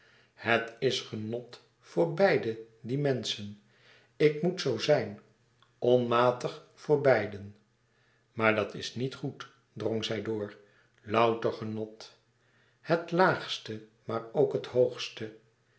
het is genot voor beide die menschen ik moèt zoo zijn onmatig voor beiden maar dat is niet goed drong zij door louter genot het laagste maar ook het hoogste